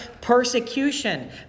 persecution